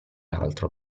altro